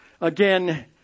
again